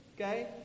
Okay